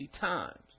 times